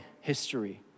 history